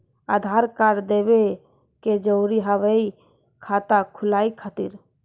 आधार कार्ड देवे के जरूरी हाव हई खाता खुलाए खातिर?